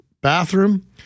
bathroom